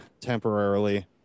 temporarily